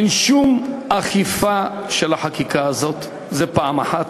אין שום אכיפה של החקיקה הזאת, זה הדבר הראשון.